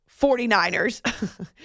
49ers